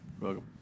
Welcome